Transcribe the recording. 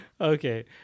okay